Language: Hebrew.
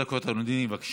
שלוש דקות, בבקשה.